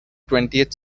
twentieth